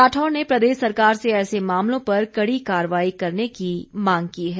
राठौर ने प्रदेश सरकार से ऐसे मामलों पर कड़ी कार्रवाई करने की मांग की है